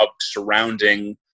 surrounding